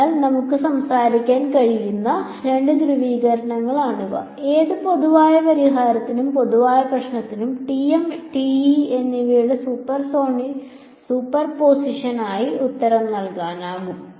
അതിനാൽ നമുക്ക് സംസാരിക്കാൻ കഴിയുന്ന രണ്ട് ധ്രുവീകരണങ്ങളാണിവ ഏത് പൊതുവായ പരിഹാരത്തിനും പൊതുവായ പ്രശ്നത്തിനും TM TE എന്നിവയുടെ സൂപ്പർപോസിഷനായി ഉത്തരം നൽകാനാകും